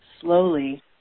slowly